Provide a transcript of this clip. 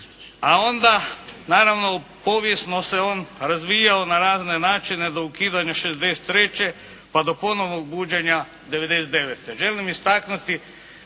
A onda, naravno povijesno se on, razvijao na razne načine do ukidanja '63., pa do ponovnog buđenja '99.